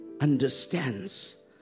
understands